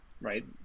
right